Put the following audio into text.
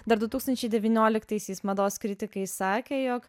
dar du tūkstančiai devynioliktaisiais mados kritikai sakė jog